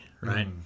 Right